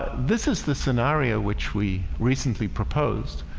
this is the scenario which we recently proposed,